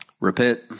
Repent